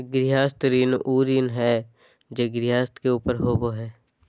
गृहस्थ ऋण उ ऋण हइ जे गृहस्थ के ऊपर होबो हइ